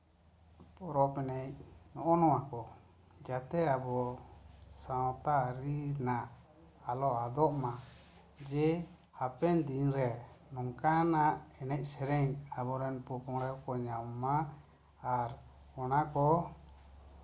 ᱯᱚᱨᱚᱵ ᱮᱱᱮᱡ ᱱᱚᱜᱼᱚ ᱱᱚᱶᱟ ᱠᱚ ᱡᱟᱛᱮ ᱟᱵᱚ ᱥᱟᱶᱛᱟ ᱟᱹᱨᱤ ᱨᱮᱱᱟᱜ ᱟᱞᱮ ᱟᱫᱚᱜ ᱢᱟ ᱡᱮ ᱦᱟᱯᱮᱱ ᱫᱤᱱ ᱨᱮ ᱱᱚᱝᱠᱟᱱᱟᱜ ᱮᱱᱮᱡ ᱥᱮᱹᱨᱮᱹᱧ ᱟᱵᱚᱨᱮᱱ ᱯᱚᱼᱯᱚᱝᱲᱟ ᱠᱚᱠᱚ ᱧᱟᱢ ᱢᱟ ᱟᱨ ᱚᱱᱟ ᱠᱚ